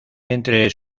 entre